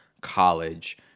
college